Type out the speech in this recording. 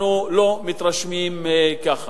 אנחנו לא מתרשמים ככה.